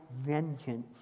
vengeance